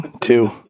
two